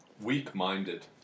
Weak-minded